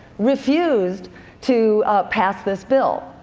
refused to pass this bill.